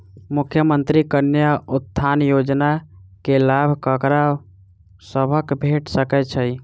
मुख्यमंत्री कन्या उत्थान योजना कऽ लाभ ककरा सभक भेट सकय छई?